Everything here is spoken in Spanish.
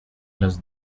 los